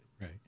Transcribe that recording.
right